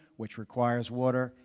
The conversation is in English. which requires water.